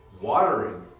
watering